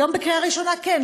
היום בקריאה הראשונה כן,